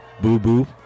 boo-boo